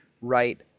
right